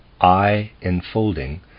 I-enfolding